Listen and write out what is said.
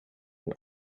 and